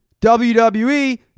WWE